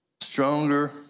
stronger